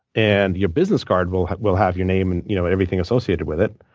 and your business card will will have your name and you know everything associated with it.